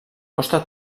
costa